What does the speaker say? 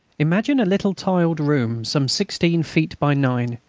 imagine a little tiled room, some sixteen feet by nine,